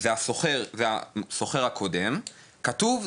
בעצם זה השוכר הקודם וכתוב,